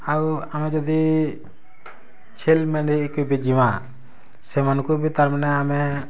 ଆଉ ଆମେ ଯଦି ଛେଲ୍ ମେଣ୍ଡି କେ ବେ ଯିମା ସେମାନକୁଁ ବି ତାର୍ମାନେ ଆମେ